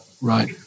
Right